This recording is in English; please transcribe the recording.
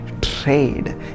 trade